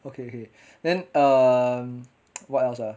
okay okay then um what else ah